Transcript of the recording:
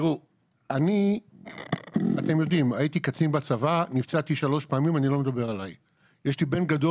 אני חושבת שאם נדחה את כל ההערות לסוף אז לא נבין על מה ההערות מדברות